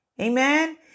Amen